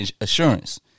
assurance